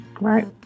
right